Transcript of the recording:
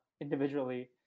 individually